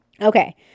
Okay